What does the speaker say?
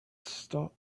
stop